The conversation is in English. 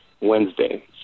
Wednesday